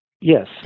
Yes